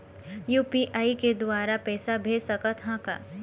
UPI के द्वारा पैसा भेज सकत ह का?